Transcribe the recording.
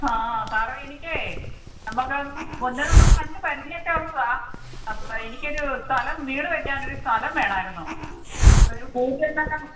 ആ സാറേ എനിക്ക് നമുക്ക് മുന്നേ നമ്മൾ കണ്ടു പരിചയം ഒക്കെ ഉള്ളതാണ് എനിക്ക് ഒരു സ്ഥലം വീട് വയ്ക്കാൻ ഒരു സ്ഥലം വേണമായിരുന്നു ഒരു